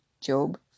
Job